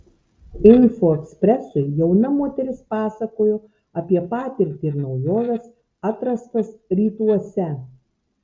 info ekspresui jauna moteris pasakojo apie patirtį ir naujoves atrastas rytuose